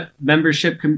membership